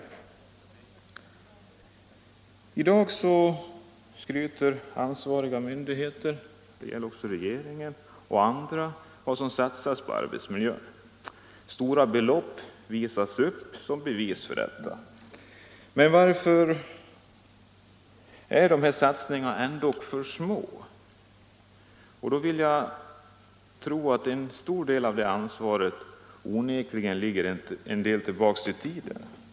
I dag skryter ansvariga myndigheter — det gäller också regeringen — och andra om vad som satsas på arbetsmiljön. Stora belopp ”visas upp” som bevis för detta. Men varför är de här satsningarna ändå för små? Jag tror att en stor del av ansvaret ligger något tillbaka i tiden.